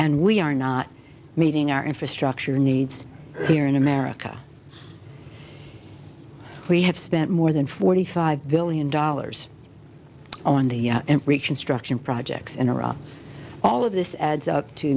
and we are not meeting our infrastructure needs here in america we have spent more than forty five billion dollars on the and reconstruction projects in iraq all of this adds up to